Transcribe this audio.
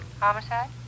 Homicide